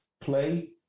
Play